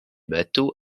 bateaux